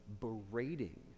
berating